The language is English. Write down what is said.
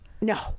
no